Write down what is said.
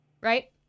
right